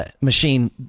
machine